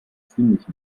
ziemlich